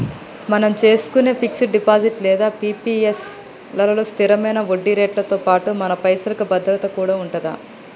మనం చేసుకునే fix deposit లేదా పి.పి.ఎస్ లలో స్థిరమైన వడ్డీరేట్లతో పాటుగా మన పైసలకి భద్రత కూడా ఉంటది